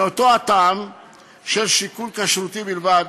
מאותו הטעם של שיקול כשרותי בלבד,